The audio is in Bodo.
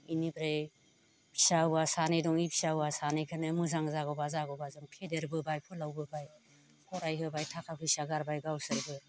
बेनिफ्राय फिसा हौवा सानै दं बे फिसा हौवा सानैखौनो मोजां जागौबा जागौबा जों फेदेरबोबाय फोलावबोबाय फरायहोबाय थाखा फैसा गारबाय गावसोरबो